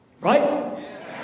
Right